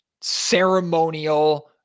ceremonial